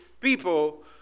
people